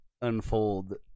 unfold